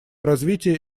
развитие